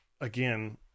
again